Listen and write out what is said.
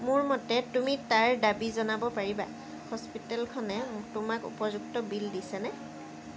মোৰ মতে তুমি তাৰ দাবী জনাব পাৰিবা হস্পিটেলখনে তোমাক উপযুক্ত বিল দিছেনে